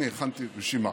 הינה, הכנתי רשימה: